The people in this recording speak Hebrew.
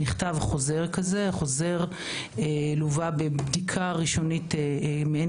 החוזה נכתב והוא לווה בבדיקה ראשונית מעין